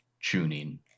tuning